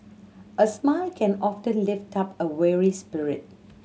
a smile can often lift up a weary spirit